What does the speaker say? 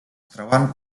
troben